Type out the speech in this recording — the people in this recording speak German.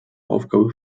aufgabe